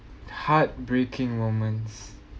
heartbreaking moments